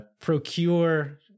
procure